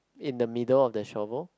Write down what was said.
in the middle of the shovel